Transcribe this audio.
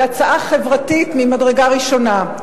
היא הצעה חברתית ממדרגה ראשונה.